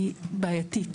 היא בעייתית.